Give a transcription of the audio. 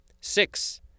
six